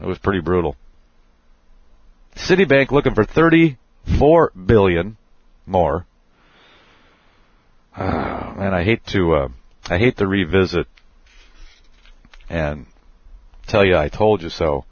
it was pretty brutal citibank looking for thirty four million more and i hate to i hate the revisit and tell you i told you so